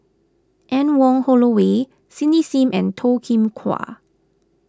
Anne Wong Holloway Cindy Sim and Toh Kim Hwa